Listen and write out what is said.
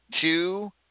two